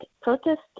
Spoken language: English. protest